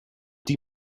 die